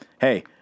hey